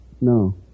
No